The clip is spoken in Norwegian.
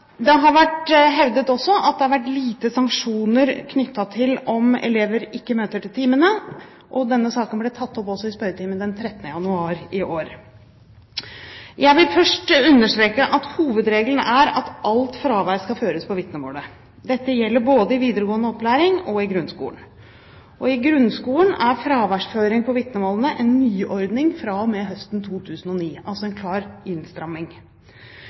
Det har også vært hevdet at det har vært lite sanksjoner knyttet til om elever ikke møter til timene. Denne saken ble tatt opp også i spørretimen den 13. januar i år. Jeg vil først understreke at hovedregelen er at alt fravær skal føres på vitnemålet. Dette gjelder både i videregående opplæring og i grunnskolen. I grunnskolen er fraværsføring på vitnemålene en nyordning fra og med høsten 2009 – altså en klar innstramming.